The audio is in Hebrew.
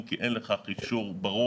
אם כי אין לכך אישור ברור,